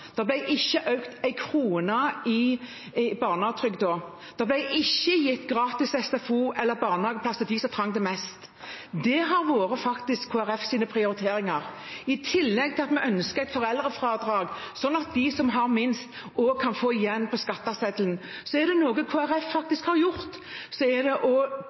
Det ble ikke økt én krone i barnetrygden. Det ble ikke gitt gratis SFO eller barnehageplass til dem som trengte det mest. Det har faktisk vært Kristelig Folkepartis prioriteringer – i tillegg til at vi ønsker et foreldrefradrag, slik at de som har minst, også kan få igjen på skatteseddelen. Så er det noe Kristelig Folkeparti faktisk har sørget for – i tillegg til fritidskortet – er det